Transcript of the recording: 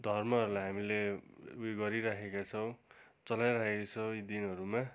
धर्महरूलाई हामीले उयो गरिराखेका छौँ चलाइरहेका छौँ यी दिनहरूमा